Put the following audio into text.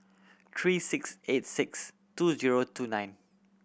three six eight six two zero two nine